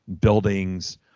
buildings